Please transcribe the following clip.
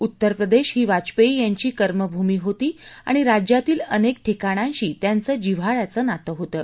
उत्तरप्रदेश ही वाजपेयी यांची कर्मभूमी होती आणि राज्यातील अनेक ठिकाणांशी त्यांचं जिव्हाळ्याचं नातं होतं